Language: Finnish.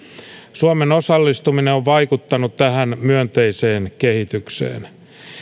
suomen osallistuminen on on vaikuttanut tähän myönteiseen kehitykseen